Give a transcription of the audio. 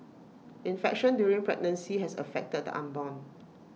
infection during pregnancy has affected the unborn